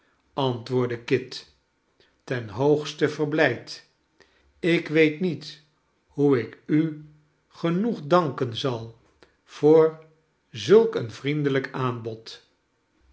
antwoordde kit ten hoogste verblijd ik weet niet hoe ik u genoeg danken zal voor zulk een vriendelijk aanbod